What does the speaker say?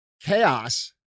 chaos